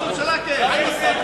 ראש ממשלה, כן.